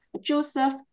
Joseph